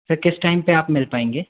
sir किस time पे आप मिल पाएंगे